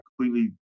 completely